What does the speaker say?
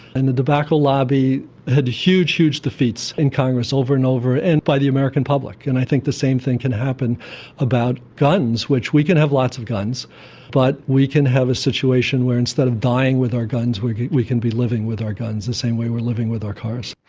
and the tobacco lobby had huge, huge defeats in congress over and over and by the american public, and i think the same thing can happen about guns, we can have lots of guns but we can have a situation where instead of dying with our guns we can be living with our guns, the same way we're living with our cars.